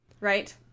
Right